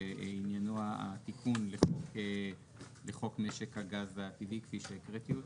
שעניינו התיקון לחוק משק הגז הטבעי כפי שהקראתי אותו.